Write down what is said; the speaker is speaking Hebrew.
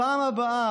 בפעם הבאה,